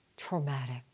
traumatic